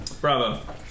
bravo